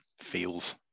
feels